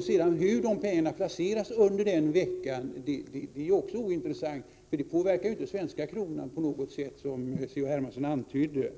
sunt förnuft. Hur pengarna placeras under den veckan är också ointressant, eftersom det inte påverkar den svenska kronan på något sätt, som C.-H. Hermansson antydde.